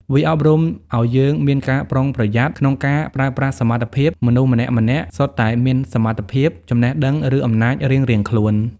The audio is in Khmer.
វាអប់រំអោយយើងមានការប្រុងប្រយ័ត្នក្នុងការប្រើប្រាស់សមត្ថភាព មនុស្សម្នាក់ៗសុទ្ធតែមានសមត្ថភាព ចំណេះដឹង ឬអំណាចរៀងៗខ្លួន។